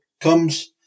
comes